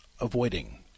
avoiding